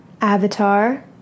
avatar